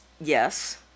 Yes